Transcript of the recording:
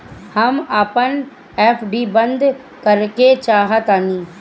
हम अपन एफ.डी बंद करेके चाहातानी